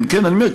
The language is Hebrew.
כן, כן אני אומר.